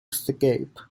escape